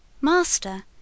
Master